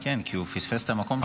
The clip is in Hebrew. כן, כי הוא פספס את המקום שלו.